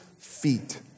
feet